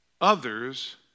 Others